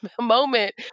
moment